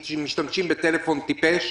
ההמונים משתמשים בטלפון "טיפש",